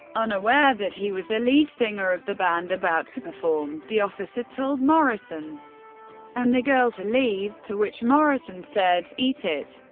unaware that he was the lead singer of the band about to perform, the officer told morrison and the girl to leave, to which morrison said, eat it.